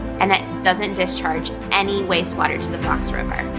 and it doesn't discharge any wastewater to the fox river.